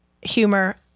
humor